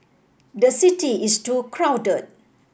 the city is too crowded